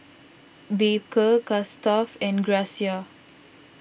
Baker Gustav and Gracia